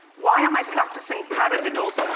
why am i practicing paradiddles?